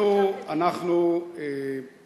אם את, אנחנו עברנו,